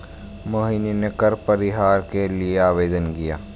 मोहिनी ने कर परिहार के लिए आवेदन किया